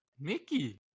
Mickey